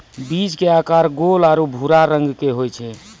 बीज के आकार गोल आरो भूरा रंग के होय छै